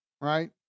right